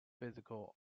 physical